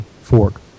Fork